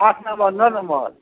आठ नम्मर न नम्मर